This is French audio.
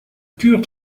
pure